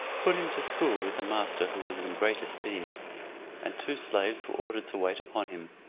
put him to school with a master who was in great esteem and two slaves were ordered to wait upon him.